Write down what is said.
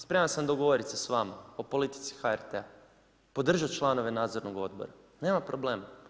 Spreman sam dogovorit se sa vama o politici HRT-a podržat članove Nadzornog odbora, nema problema.